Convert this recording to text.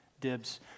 Dibs